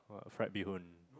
what fried beehoon